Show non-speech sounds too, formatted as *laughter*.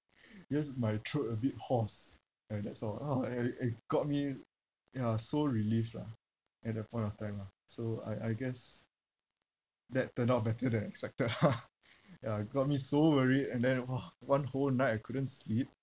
just my throat a bit hoarse and that's all ah orh eh eh got me ya so relieved lah at that point of time lah so I I guess that turned out better than I expected ah *laughs* ya got me so worried and then !wah! one whole night I couldn't sleep